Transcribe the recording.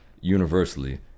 universally